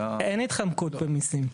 אין התחמקות ממיסים.